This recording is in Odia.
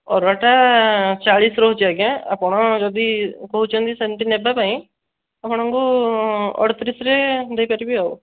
ଅରୁଆଟା ଚାଳିଶ ରହୁଛି ଆଜ୍ଞା ଆପଣ ଯଦି କହୁଛନ୍ତି ସେମିତି ନେବା ପାଇଁ ଆପଣଙ୍କୁ ଅଠତିରିଶରେ ଦେଇପାରିବି ଆଉ